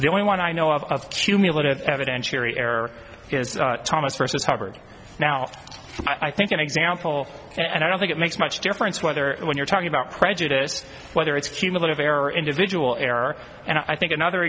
the only one i know of cumulative evidentiary error is thomas versus hubbard now i think an example and i don't think it makes much difference whether when you're talking about prejudice whether it's cumulative error individual error and i think another